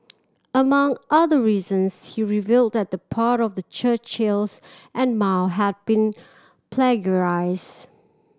among other reasons he revealed that the part of Churchill and Mao had been plagiarised